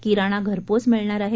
किराणा घरपोच मिळणार आहे